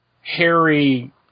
Harry